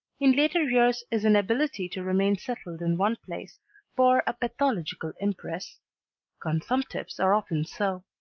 in later years his inability to remain settled in one place bore a pathological impress consumptives are often so.